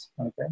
okay